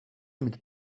mit